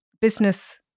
business